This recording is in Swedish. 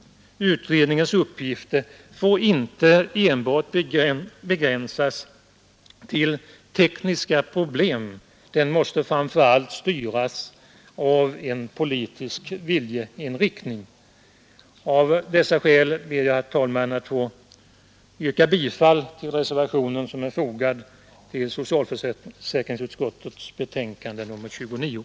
Utredningens uppgifter får inte enbart begränsas till tekniska problem. Den måste framför allt styras av en politisk viljeinriktning Av dessa skäl ber jag, herr talman, att få yrka bifall till den reservation